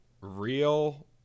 real